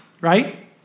right